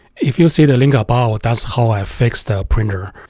if you see the link above but that's how i fixed the printer,